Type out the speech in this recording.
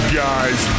guys